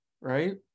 right